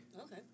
Okay